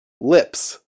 lips